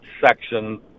section